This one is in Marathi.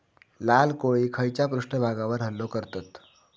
लाल कोळी खैच्या पृष्ठभागावर हल्लो करतत?